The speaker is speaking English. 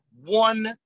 one